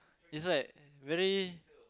it's like very